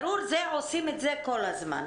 ברור שעושים את זה כל הזמן.